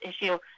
issue